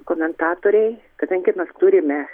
komentatorei kadangi mes turime